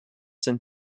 sind